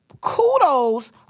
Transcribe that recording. kudos